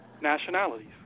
nationalities